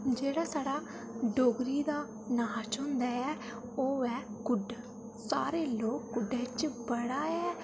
जेह्ड़ा साढ़ा डोगरी दा नाच होंदा ऐ ओह् ऐ कुड्ड सारे लोक कुड्डै चा बड़ा ऐ